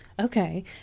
Okay